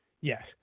Yes